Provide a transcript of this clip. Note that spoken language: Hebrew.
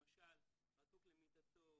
למשל: רתוק למיטתו,